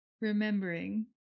Remembering